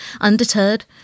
Undeterred